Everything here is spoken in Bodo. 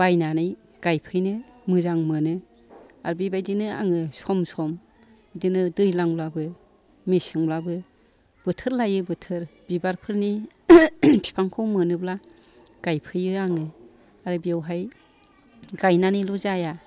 बायनानै गायफैनो मोजां मोनो आरो बिबायदिनो आङो सम सम बिदिनो दैलांब्लाबो मेसेंब्लाबो बोथोर लायै बोथोर बिबारफोरनि बिफांखौ मोनोब्ला गायफैयो आङो आरो बेयावहाय गायनानैल' जाया